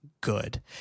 good